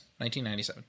1997